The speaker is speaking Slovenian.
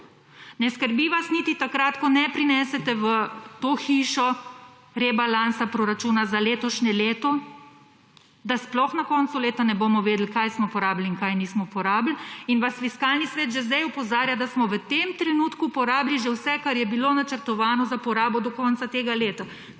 Ne skrbi vas niti takrat, ko ne prinesete v to hišo rebalansa proračuna za letošnje leto, da sploh na koncu leta ne bomo vedeli kaj smo porabili in kaj nismo porabili in vas Fiskalni svet že zdaj opozarja, da smo v tem trenutku porabili že vse kar je bilo načrtovano za porabo do konca tega leta.